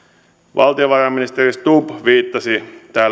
valtiovarainministeri stubb viittasi